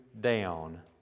down